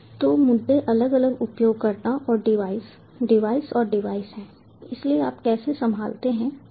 तो मुद्दे अलग अलग उपयोगकर्ता और डिवाइस डिवाइस और डिवाइस हैं इसलिए आप कैसे संभालते हैं ठीक है